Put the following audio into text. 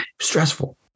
Stressful